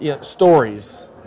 stories